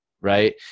right